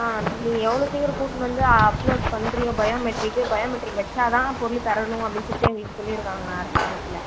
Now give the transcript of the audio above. ஆ நீ எவ்ளோ சீக்கிரம் கூட்டுன்னு வந்து அப்லோடு பண்ணுறியோ பயோமெட்ரிக்கு பயோமெட்ரிக் வச்சால் தான் பொருள் தரணும் அப்படின்னு சொல்லிட்டு எங்களுக்கு சொல்லிருக்காங்க அரசாங்கத்தில்